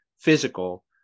physical